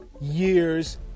years